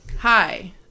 Hi